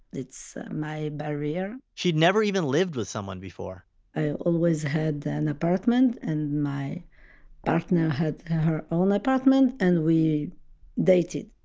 it's my barrier. she'd never even lived with someone before. i always had an apartment and my partner had her own apartment and we dated,